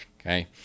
okay